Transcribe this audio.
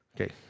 okay